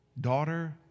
daughter